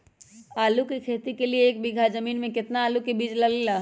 आलू की खेती के लिए एक बीघा जमीन में कितना आलू का बीज लगेगा?